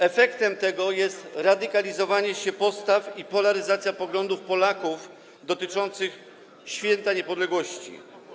Efektem tego jest radykalizowanie się postaw i polaryzacja poglądów Polaków dotyczących Święta Niepodległości.